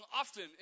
often